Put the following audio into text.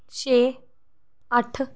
छे अट्ठ